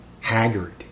haggard